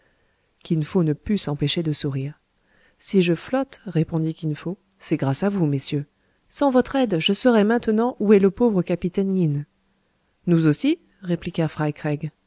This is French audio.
kin fo ne put s'empêcher de sourire si je flotte répondit kin fo c'est grâce à vous messieurs sans votre aide je serais maintenant où est le pauvre capitaine yin nous aussi